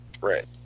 right